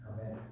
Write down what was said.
Amen